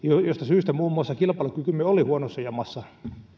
mistä syystä muun muassa kilpailukykymme oli huonossa jamassa arvoisa